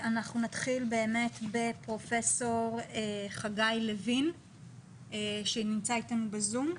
אנחנו נתחיל בפרופסור חגי לוין שנמצא אתנו ב-זום.